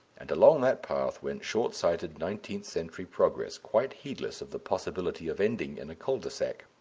and along that path went short-sighted nineteenth century progress, quite heedless of the possibility of ending in a cul-de-sac.